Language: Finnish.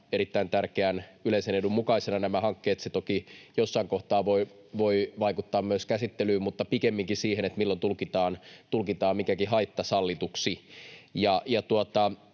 erittäin tärkeän yleisen edun mukaisina nämä hankkeet, voi toki jossain kohtaa vaikuttaa myös käsittelyyn mutta pikemminkin siihen, milloin tulkitaan mikäkin haitta sallituksi.